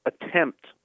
attempt